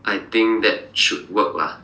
I think that should work lah